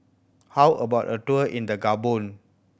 how about a tour in the Gabon